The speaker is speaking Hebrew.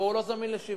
אבל הוא לא זמין לשיווק.